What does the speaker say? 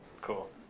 Cool